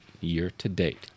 year-to-date